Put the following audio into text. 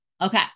Okay